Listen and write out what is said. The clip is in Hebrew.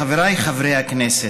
חבריי חברי הכנסת,